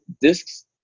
discs